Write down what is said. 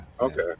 okay